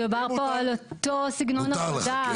מדובר פה על אותו סגנון עבודה.